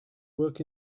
work